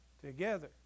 together